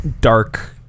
Dark